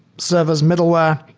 servers, middleware,